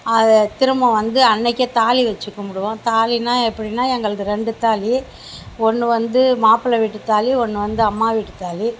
அது திரும்ப வந்து அன்னைக்கே தாலி வச்சு கும்பிடுவோம் தாலின்னா எப்படினா எங்களது ரெண்டு தாலி ஒன்று வந்து மாப்பிள வீட்டு தாலி ஒன்று வந்து அம்மா வீட்டு தாலி